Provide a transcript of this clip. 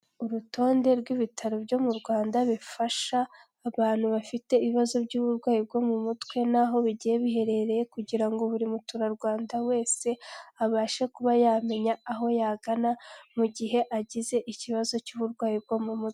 Urutonde rw'ibitaro byo mu Rwanda bifasha abantu bafite ibibazo by'uburwayi bwo mu mutwe naho bigiye biherereye kugira ngo buri muturarwanda wese abashe kuba yamenya aho yagana mu gihe agize ikibazo cy'uburwayi bwo mu mutwe.